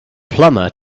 plumber